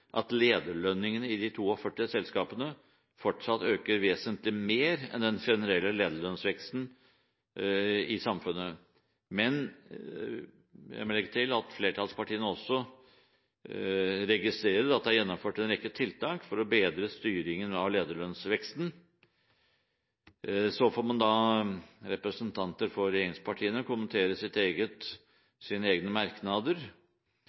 at lederlønningene i de 42 selskapene fortsatt øker vesentlig mer enn den generelle lederlønnsveksten i samfunnet. Men jeg må legge til at flertallspartiene også registrerer at det er gjennomført en rekke tiltak for å bedre styringen av lederlønnsveksten. Representanter for regjeringspartiene får kommentere sine egne merknader,